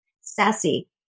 Sassy